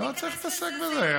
אני לא צריך להתעסק בזה.